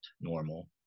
Normal